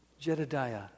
Jedidiah